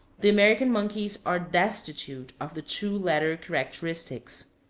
the american monkeys arc destitute of the two latter characteristics.